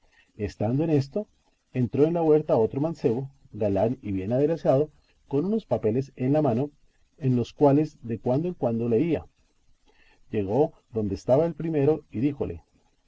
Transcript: estando en esto entró en la huerta otro mancebo galán y bien aderezado con unos papeles en la mano en los cuales de cuando en cuando leía llegó donde estaba el primero y díjole